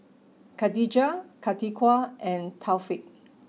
Khatijah Atiqah and Taufik